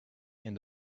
and